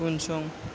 उनसं